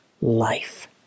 life